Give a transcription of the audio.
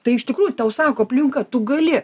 tai iš tikrųjų tau sako aplink ką tu gali